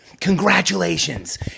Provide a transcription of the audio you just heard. Congratulations